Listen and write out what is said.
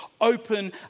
open